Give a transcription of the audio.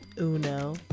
UNO